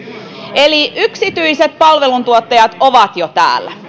eli yksityiset palveluntuottajat ovat jo täällä